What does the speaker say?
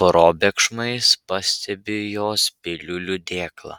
probėgšmais pastebiu jos piliulių dėklą